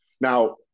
Now